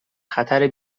خطر